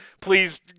Please